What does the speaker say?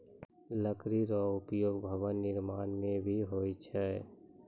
लकड़ी रो उपयोग भवन निर्माण म भी होय छै